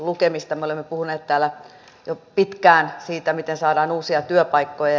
me olemme puhuneet täällä jo pitkään siitä miten saadaan uusia työpaikkoja